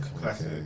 classic